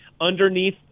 underneath